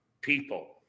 people